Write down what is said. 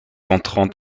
entrant